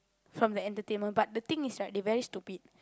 from the entertainment but the thing is right they very stupid